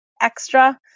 extra